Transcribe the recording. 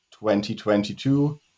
2022